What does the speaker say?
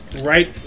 right